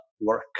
work